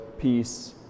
peace